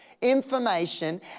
information